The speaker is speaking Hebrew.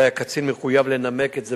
אזי הקצין מחויב לנמק את זה